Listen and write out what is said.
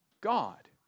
God